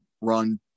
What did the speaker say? run